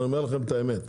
אני אומר לכם את האמת.